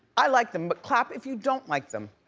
i like them, but clap if you don't like them.